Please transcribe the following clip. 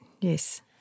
Yes